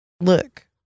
look